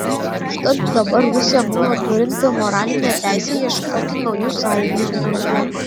užtat dabar rusija mano turinti moralinę teisę ieškoti naujų sąjungininkų